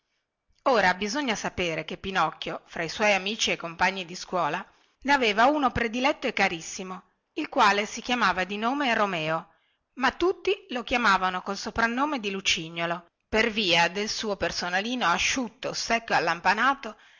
ora bisogna sapere che pinocchio fra i suoi amici e compagni di scuola ne aveva uno prediletto e carissimo il quale si chiamava di nome romeo ma tutti lo chiamavano col soprannome di lucignolo per via del suo personalino asciutto secco e allampanato